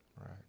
Right